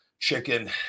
chicken